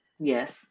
Yes